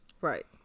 right